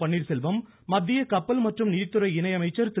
பன்னீர்செல்வம் மத்திய கப்பல் மற்றும் நிதித்துறை இணை அமைச்சர் திரு